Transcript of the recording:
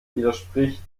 widerspricht